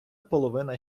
половина